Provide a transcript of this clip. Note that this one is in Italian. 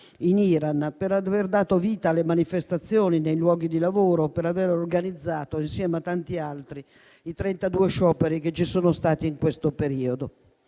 in Iran, di aver dato vita alle manifestazioni nei luoghi di lavoro, di aver organizzato, insieme a tanti altri, i 32 scioperi che ci sono stati in questo periodo.